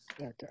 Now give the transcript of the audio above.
Okay